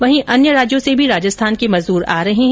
वहीं अन्य राज्यों से भी राजस्थान के मजदूर आ रहे है